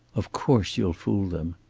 of course you'll fool them.